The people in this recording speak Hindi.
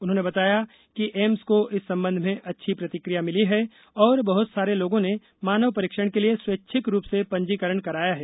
उन्होंने बताया कि एम्स को इस संबंध में अच्छी प्रतिक्रिया मिली है और बहुत सारे लोगों ने मानव परीक्षण के लिए स्वैच्छिक रूप से पंजीकरण कराया है